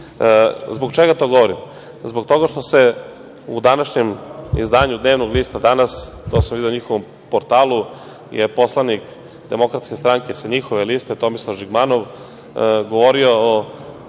nas. Zbog čega to govorim? Zbog toga što je u današnjem izdanju dnevnog lista "Danas", to sam video na njihovom portalu, poslanik DS sa njihove liste, Tomislav Žigmanov, govorio o